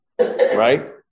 right